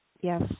Yes